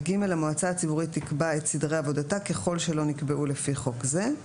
(ג)המועצה הציבורית תקבע את סדרי עבודתה ככל שלא נקבעו לפי חוק זה.